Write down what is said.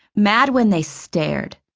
mad when they stared.